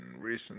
recent